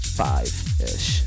five-ish